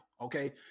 okay